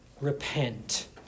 repent